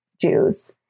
Jews